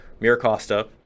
miracosta